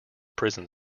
prison